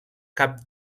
cap